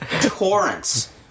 torrents